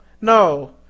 No